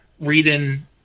reading